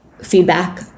feedback